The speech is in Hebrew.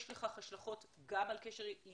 יש לכך השלכות גם על קשר ישראל-תפוצות